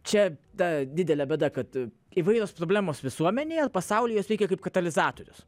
čia ta didelė bėda kad įvairios problemos visuomenėje pasaulyje jos veikia kaip katalizatorius